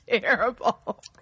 terrible